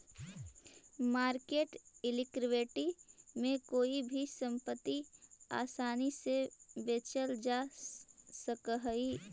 market equity में कोई भी संपत्ति आसानी से बेचल जा सकऽ हई